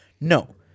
No